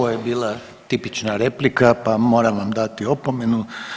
Ovo je bila tipična replika pa moram vam dati opomenu.